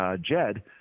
Jed